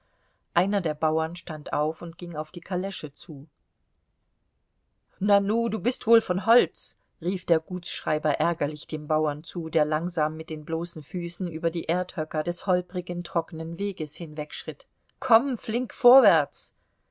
einer der bauern stand auf und ging auf die kalesche zu nanu du bist wohl von holz rief der gutsschreiber ärgerlich dem bauern zu der langsam mit den bloßen füßen über die erdhöcker des holperigen trockenen weges hinwegschritt komm flink vorwärts